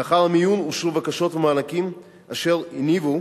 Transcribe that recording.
לאחר המיון אושרו בקשות ומענקים אשר יניבו